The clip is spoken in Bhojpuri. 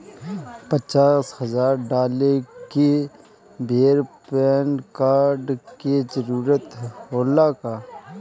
पचास हजार डाले के बेर पैन कार्ड के जरूरत होला का?